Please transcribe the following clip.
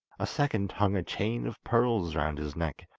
a second hung a chain of pearls round his neck,